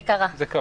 זה קרה.